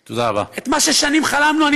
את מה ששנים חלמנו עליו.